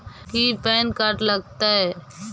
की PAN card लग तै?